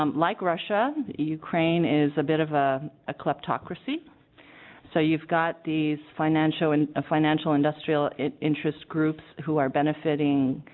um like russia ukraine is a bit of a o'clock talk receipt say you've got these financially and a financial industrial it interest groups who are benefiting